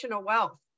wealth